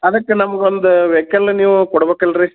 ಅದಕ್ಕೆ ನಮ್ಗೊಂದು ವೈಕಲ್ ನೀವು ಕೊಡಬೇಕಲ್ರಿ